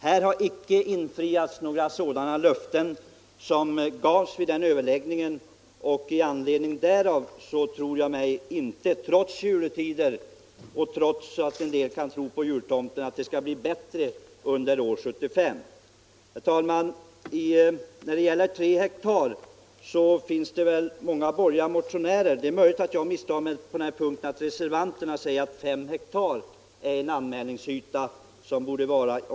Eftersom dessa löften inte infriats, förmodar jag — trots juletider och Nr 145 trots att en del tror på jultomten - att det inte blir bättre Under 1575: Lördagen den När det gäller anmälningsplikten finns det många borgerliga motio 14 december 1974 närer. Det är möjligt att jag har misstagit mig på denna punkt och att det är reservanterna som säger att fem hektar är en lämplig anmälnings Ändringar i yta.